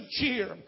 cheer